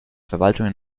verwaltung